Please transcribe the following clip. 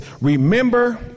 remember